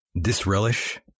disrelish